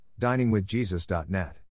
diningwithjesus.net